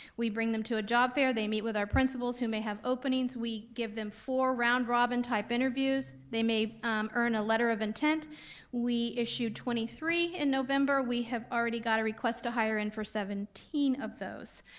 we bring them to a job fair, they meet with our principals who may have openings, we give them four round robin type interviews, they may earn a letter of intent we issued twenty three in november, we have already got a request to hire in for seventeen of those,